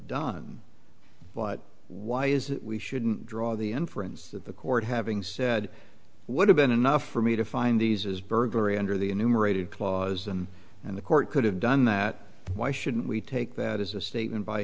done but why is it we shouldn't draw the inference that the court having said what have been enough for me to find these is burglary under the enumerated clause and in the court could have done that why shouldn't we take that as a statement by